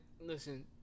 listen